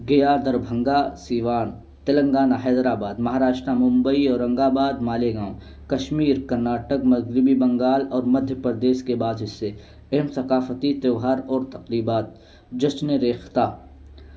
گیا Darbhanga Siwan Telangana Hyderabad Maharashtra Mumbai Aurangabad Malegaon Kashmir Karnataka مغربی بنگال اور مدھیہ پردیس کے بعد سےے اہم ثقافتی تیوہار اور تقریبات جشن ریختہ